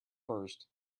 first